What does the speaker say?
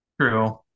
True